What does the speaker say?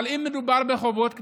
אבל אם מדובר בחובות קטנים,